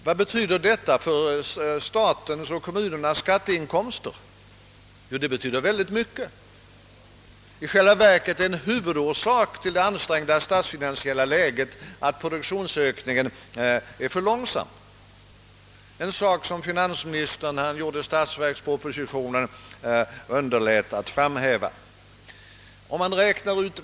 Vad innebär detta för statens och kommunernas skatteinkomster? Det betyder oerhört mycket. I själva verket är det en huvudorsak till det ansträngda statsfinansiella läget att produktionsökningen är för långsam — en sak som finansministern när han gjorde statsverkspropositionen underlät = att framhålla.